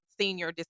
senior